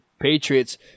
Patriots